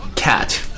cat